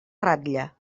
ratlla